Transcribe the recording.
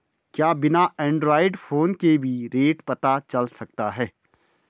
क्या बिना Android phone के भी रेट पता चल सकता है?